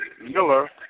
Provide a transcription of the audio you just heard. Miller